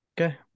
Okay